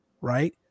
Right